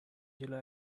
july